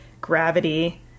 Gravity